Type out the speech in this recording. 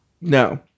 No